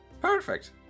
Perfect